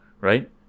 right